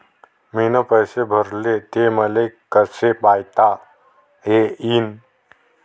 मीन पैसे भरले, ते मले कसे पायता येईन?